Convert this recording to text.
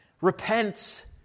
Repent